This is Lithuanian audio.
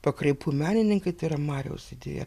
pakraipų menininkai tai yra mariaus idėja